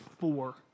four